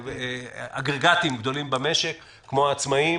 אגרגטיים גדולים במשק, כמו עצמאיים